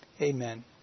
Amen